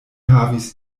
havis